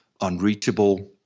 unreachable